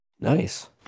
Nice